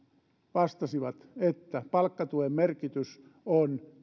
vastasivat että palkkatuen merkitys on